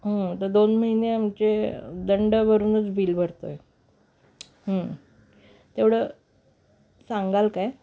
आता दोन महिने आमचे दंडावरूनच बिल भरतो आहे तेवढं सांगाल काय